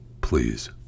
Please